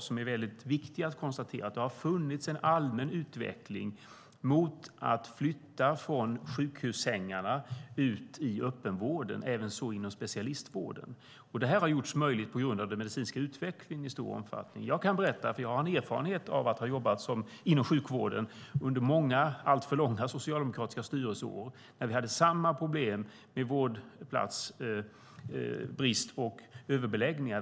Det är väldigt viktigt att konstatera att det har funnits en allmän utveckling mot att flytta från sjukhussängarna ut i öppenvården och även så inom specialistvården. Detta har i stor omfattning gjorts möjligt på grund av den medicinska utvecklingen. Jag kan berätta att jag har en erfarenhet av att ha jobbat inom sjukvården under många alltför långa socialdemokratiska styrelseår. Då hade vi samma problem med vårdplatsbrist och överbeläggningar.